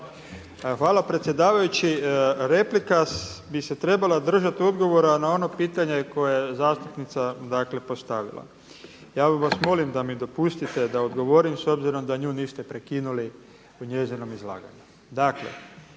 Hvala predsjedavajući. Replika bi se trebala držati odgovora na ono pitanje koje je zastupnica postavila. Ja vas molim da mi dopustite da odgovorim s obzirom da nju niste prekinuli u njezinom izlaganju.